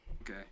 Okay